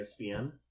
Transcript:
ESPN